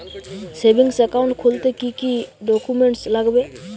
Savings account খুলতে কি কি ডকুমেন্টস লাগবে?